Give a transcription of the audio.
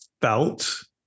felt